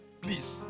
please